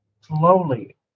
Slowly